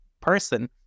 person